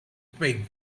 twig